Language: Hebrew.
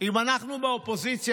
אם אנחנו באופוזיציה,